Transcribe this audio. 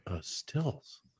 Stills